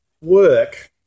Work